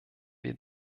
wir